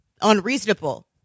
unreasonable